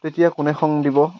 তেতিয়া কোনে সংগ দিব